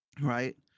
right